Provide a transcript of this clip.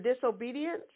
disobedience